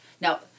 Now